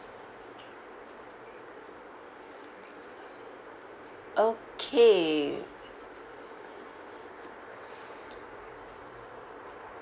okay